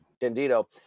Candido